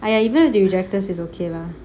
!aiya! even if they rejected is okay lah I